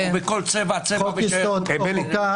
חוק יסוד או חוקה